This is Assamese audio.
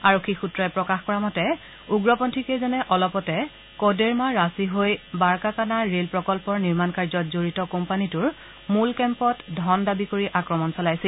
আৰক্ষী সূত্ৰই প্ৰকাশ কৰা মতে উগ্ৰপন্থী কেইজনে অলপতে কডেৰমা ৰাঁচী হৈ বাৰকাকানা ৰেল প্ৰকল্পৰ নিৰ্মাণ কাৰ্যত জড়িত কোম্পানীটোৰ মূল কেম্পত ধন দাবী কৰি আক্ৰমণ চলাইছিল